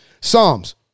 Psalms